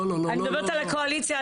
אני מדברת על הקואליציה,